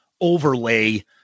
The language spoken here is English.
overlay